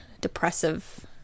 depressive